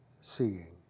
seeing